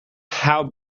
how